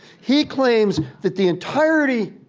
he claims that the entirety